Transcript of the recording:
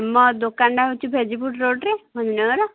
ଆମ ଦୋକନଟା ହେଉଛି ଭେଜିପୁର ରୋଡ଼ରେ ଭଞ୍ଜନଗର